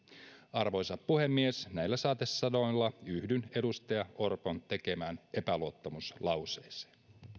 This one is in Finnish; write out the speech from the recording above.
arvoisa puhemies näillä saatesanoilla yhdyn edustaja orpon tekemään epäluottamuslauseeseen